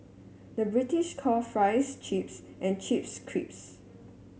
the British call fries chips and chips creeps